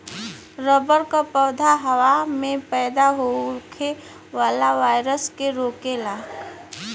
rubber क पौधा हवा में पैदा होखे वाला वायरस के रोकेला